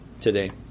today